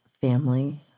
family